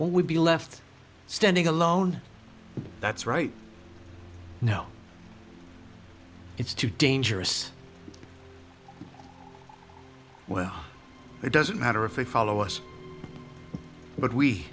we be left standing alone that's right no it's too dangerous well it doesn't matter if they follow us but we